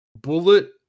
Bullet